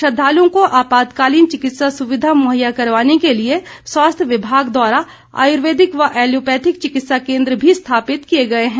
श्रद्धालुओं को आपातकालीन चिकित्सा सुविधा मुहैया करवाने के लिए स्वास्थ्य विमाग द्वारा आयुर्वेदिक व एलोपैथिक चिकित्सा केन्द्र भी स्थापित किए गए हैं